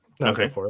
okay